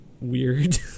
weird